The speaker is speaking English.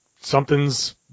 something's